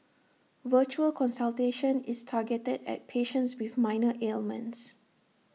virtual consultation is targeted at patients with minor ailments